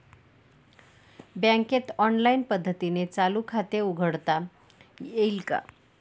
बँकेत ऑनलाईन पद्धतीने चालू खाते उघडता येईल का?